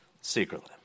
secretly